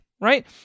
right